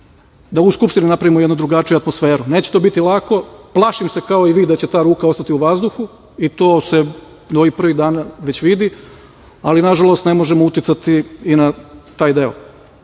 da u Skupštini napravimo jednu drugačiju atmosferu. Neće to biti lako, plašim se kao i vi da će ta ruka ostati u vazduhu i to se ovih prvih dana već vidi, ali nažalost ne možemo uticati i na taj deo. Isto